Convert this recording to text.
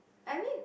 I mean